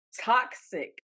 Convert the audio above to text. toxic